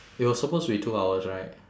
it was supposed to be two hours right